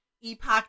Epoch